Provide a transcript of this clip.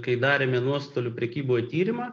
kai darėme nuostolių prekyboj tyrimą